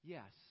Yes